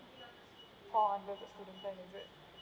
fall under the student plan is it